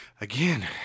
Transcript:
again